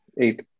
Eight